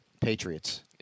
Patriots